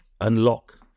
unlock